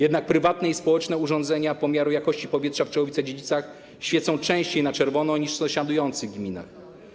Jednak prywatne i społeczne urządzenia pomiaru jakości powietrza w Czechowicach-Dziedzicach częściej świecą na czerwono niż w sąsiadujących gminach.